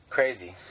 Crazy